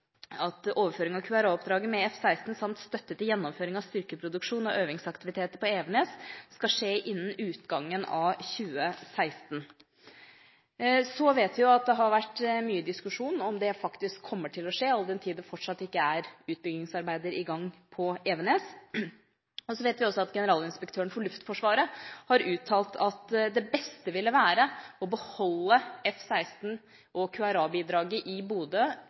for overføring av QRA til Evenes. Der er tidsplanen oppgitt å være at overføringen «av QRA-oppdraget med F-16 samt støtte til gjennomføring av styrkeproduksjon og øvingsaktivitet på Evenes» skal skje «innen utgangen av 2016.» Vi vet at det har vært mye diskusjon om dette faktisk kommer til å skje, all den tid det fortsatt ikke er utbyggingsarbeider i gang på Evenes. Vi vet også at generalinspektøren for Luftforsvaret har uttalt at det beste ville være å beholde F-16 og QRA-bidraget i Bodø